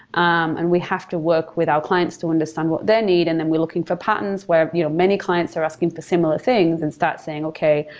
um and we have to work with our clients to understand their need and then we're looking for patterns where you know many clients are asking for similar things and start saying, okay.